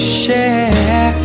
share